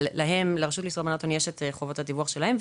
אבל לרשות לאיסור הלבנת הון יש את חובת הדיווח שלהם,